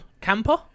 camper